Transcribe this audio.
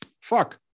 Fuck